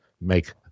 make